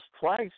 twice